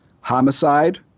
homicide